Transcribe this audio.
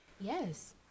Yes